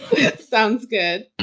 sounds good.